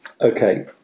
Okay